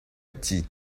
petit